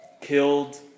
killed